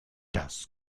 das